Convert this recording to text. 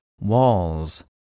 walls